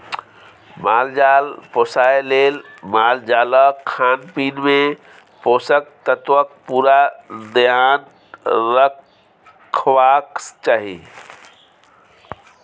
माल जाल पोसय लेल मालजालक खानपीन मे पोषक तत्वक पुरा धेआन रखबाक चाही